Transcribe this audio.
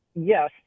Yes